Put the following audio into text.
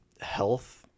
health